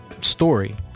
story